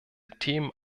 themen